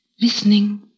listening